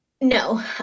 No